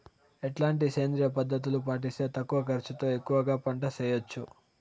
ఎట్లాంటి సేంద్రియ పద్ధతులు పాటిస్తే తక్కువ ఖర్చు తో ఎక్కువగా పంట చేయొచ్చు?